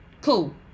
Cool